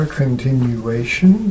continuation